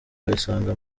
wayisanga